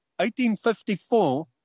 1854